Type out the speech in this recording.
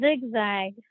zigzag